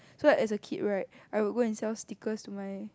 so like as a kid right I will go and sell stickers to my